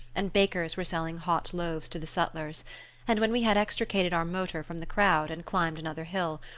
and bakers were selling hot loaves to the sutlers and when we had extricated our motor from the crowd, and climbed another hill,